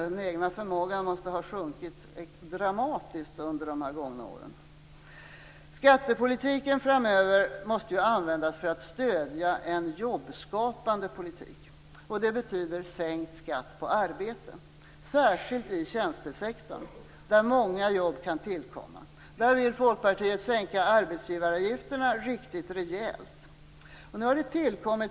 Den egna förmågan måste ha minskat dramatiskt under de gångna åren. Skattepolitiken framöver måste användas för att stödja en jobbskapande politik. Det betyder sänkt skatt på arbete, särskilt i tjänstesektorn, där många jobb kan tillkomma. Där vill Folkparitet sänka arbetsgivaravgifterna riktigt rejält.